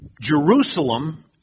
Jerusalem